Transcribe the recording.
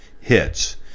hits